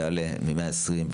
יעלה מ-120,